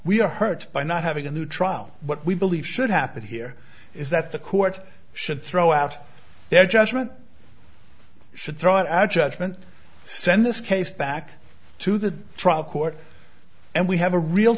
we are hurt by not having a new trial what we believe should happen here is that the court should throw out their judgment should throw out our judgment send this case back to the trial court and we have a real